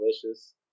delicious